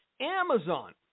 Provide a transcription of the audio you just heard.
Amazon